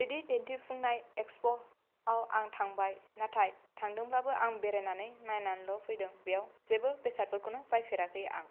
बिदि दिन्थिफुंनाय एक्सप' आव आं थांबाय नाथाय थांदोंब्लाबो आं बेरायनानै नायनानैल' फैदों बेयाव जेबो बेसादफोरखौनो बायफेराखै आं